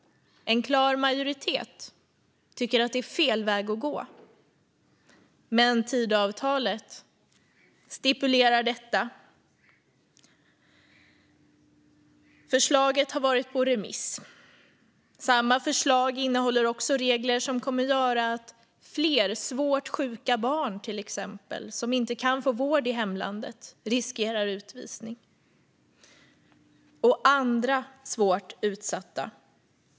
En klar majoritet tycker att det är fel väg att gå. Men Tidöavtalet stipulerar detta. Förslaget har varit på remiss. Samma förslag innehåller också regler som kommer att göra att till exempel fler svårt sjuka barn, som inte kan få vård i hemlandet, och andra svårt utsatta riskerar utvisning.